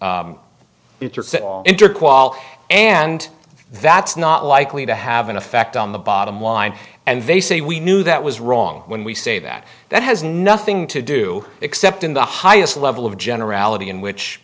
quality and that's not likely to have an effect on the bottom line and they say we knew that was wrong when we say that that has nothing to do except in the highest level of generality in which